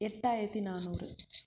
எட்டாயிரத்து நானூறு